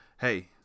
hey